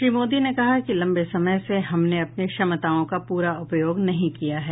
श्री मोदी ने कहा कि लंबे समय से हमने अपनी क्षमताओं का पूरा उपयोग नहीं किया है